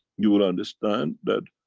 you will understand that,